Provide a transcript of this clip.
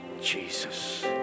Jesus